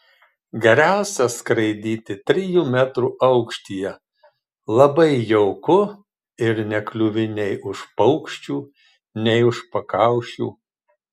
geriausia skraidyti trijų metrų aukštyje labai jauku ir nekliūvi nei už paukščių nei už pakaušių